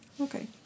Okay